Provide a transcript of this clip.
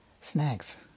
snacks